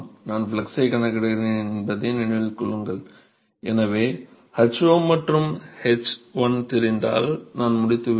நான் ஃப்ளக்ஸைக் கணக்கிடுகிறேன் என்பதை நினைவில் கொள்ளுங்கள் எனவே எனக்கு h0 மற்றும் h1 தெரிந்தால் நான் முடித்துவிட்டேன்